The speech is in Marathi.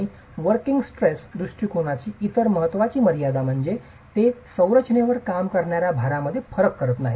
आणि वोर्किंग स्ट्रेस दृष्टिकोनाची इतर महत्वाची मर्यादा म्हणजे ते संरचनेवर काम करणार्या भारांमध्ये फरक करत नाही